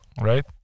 right